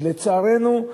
אז לצערנו,